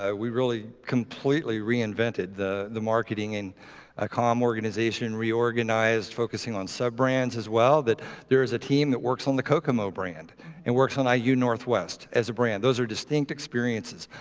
ah we really completely reinvented the the marketing and ah comm organization, reorganized focusing on sub-brands as well, that there's a team that works on the kokomo brand and works on iu northwest as a brand. those are distinct experiences.